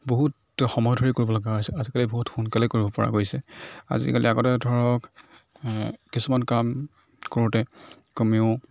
বহুত সময় ধৰি কৰিবলগা হৈছিলে আজিকালি বহুত সোনকালে কৰিব পৰা কৰিছে আজিকালি আগতে ধৰক কিছুমান কাম কৰোঁতে কমেও